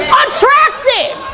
attractive